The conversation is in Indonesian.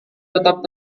tetap